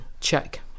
check